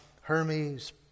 Hermes